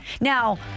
Now